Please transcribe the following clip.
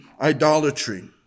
idolatry